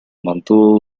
mantuvo